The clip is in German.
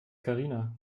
karina